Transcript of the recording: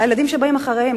הילדים שבאים אחריהם,